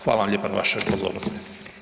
Hvala vam lijepa na vašoj pozornosti.